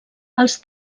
els